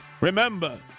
Remember